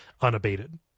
unabated